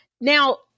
Now